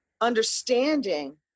understanding